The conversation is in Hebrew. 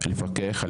קיבלתי המון ידע.